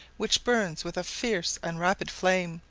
which burns with a fierce and rapid flame,